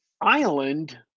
island